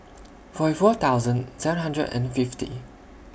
forty four thousand seven hundred and fifty